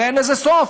הרי אין לזה סוף,